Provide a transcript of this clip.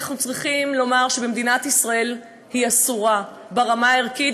אנחנו צריכים לומר שבמדינת ישראל היא אסורה ברמה הערכית,